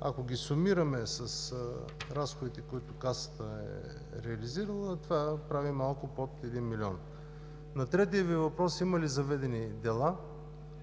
Ако ги сумираме с разходите, които Касата е реализирала, това прави малко под 1 милион. На третия Ви въпрос има ли заведени дела,